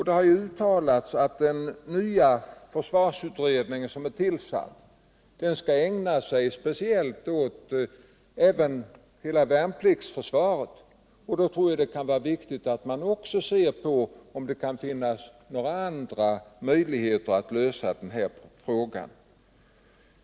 Det har uttalats att den nya försvarsutredning som är tillsatt skall ägna sig åt frågan om värnpliktsförsvaret i dess helhet, och jag tror att det kan vara viktigt alt man i det sammanhanget också undersöker, om det kan finnas några andra möjligheter att lösa denna fråga.